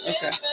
Okay